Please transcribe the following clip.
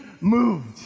moved